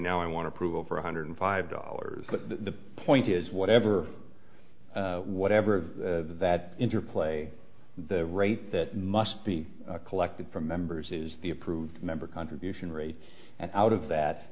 now i want to prove over one hundred five dollars but the point is whatever whatever that interplay the rate that must be collected from members is the approved member contribution rate and out of that